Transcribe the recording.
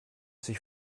sich